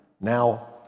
now